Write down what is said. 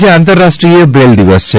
આજે આંતરરાષ્ટ્રીય બ્રેલ દિવસ છે